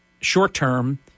short-term